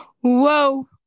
whoa